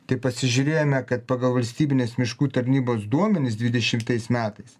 tai pasižiūrėjome kad pagal valstybinės miškų tarnybos duomenis dvidešimtais metais